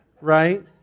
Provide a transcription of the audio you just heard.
right